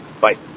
bye